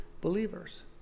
believers